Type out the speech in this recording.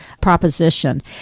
proposition